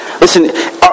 Listen